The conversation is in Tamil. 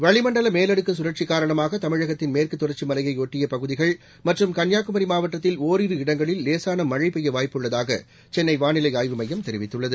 வளிமண்டல மேலடுக்கு கழற்சி காரணமாக தமிழகத்தின் மேற்குத் தொடர்ச்சி மலையையொட்டி பகுதிகள் மற்றும் கன்னியாகுமி மாவட்டத்தில் ஓரிரு இடங்களில் லேசான மனழ பெய்ய வாய்ப்பு உள்ளதாக சென்னை வானிலை ஆய்வு மையம் தெரிவித்துள்ளது